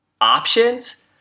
options